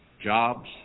Jobs